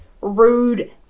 rude